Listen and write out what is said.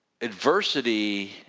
adversity